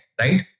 right